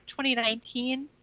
2019